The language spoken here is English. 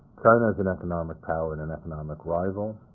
china as an economic power and an economic rival,